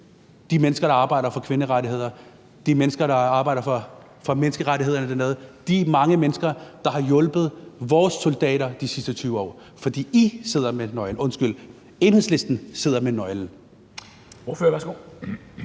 de mennesker, der arbejder for kvinderettigheder, de mennesker, der arbejder for menneskerettigheder dernede, og de mange mennesker, der har hjulpet vores soldater de sidste 20 år. For Enhedslisten sidder med nøglen. Kl.